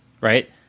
right